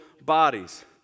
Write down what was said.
bodies